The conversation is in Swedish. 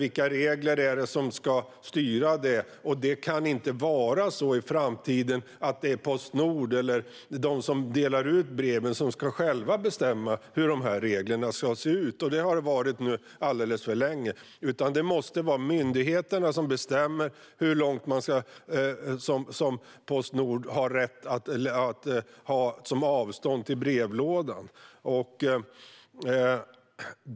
I framtiden kan det inte vara Postnord eller de som delar ut breven som bestämmer reglerna, så som det har varit alldeles för länge. Det måste vara myndigheterna som bestämmer vad det får vara för avstånd till brevlådan.